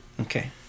Okay